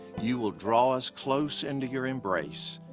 you will draw us close into your embrace,